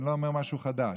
אני לא אומר משהו חדש.